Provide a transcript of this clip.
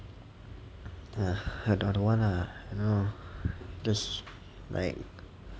err I don't don't want lah I don't know just like